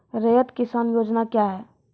रैयत किसान योजना क्या हैं?